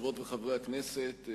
חברות וחברי הכנסת,